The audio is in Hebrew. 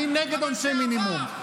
אני נגד עונשי מינימום.